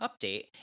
update